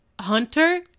Hunter